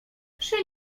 przy